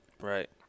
right